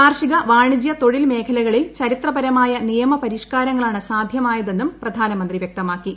കാർഷിക വാണ്പിജ്ച്ച് തൊഴിൽ മേഖലകളിൽ ചരിത്രപരമായ നിയമ പരിഷ്കാരങ്ങളാണ് സാധ്യമായതെന്നും പ്രധാനമന്ത്രി വ്യക്തമാക്കി